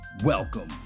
Welcome